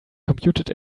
computed